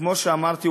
כמו שאמרתי,